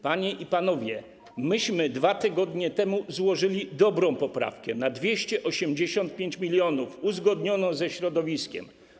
Panie i panowie, myśmy 2 tygodnie temu złożyli dobrą poprawkę na 285 mln, uzgodnioną ze środowiskiem.